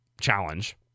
challenge